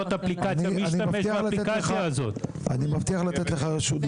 אני מבטיח לתת לך רשות דיבור.